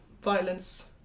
violence